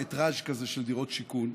מטרז' כזה של דירות שיכון.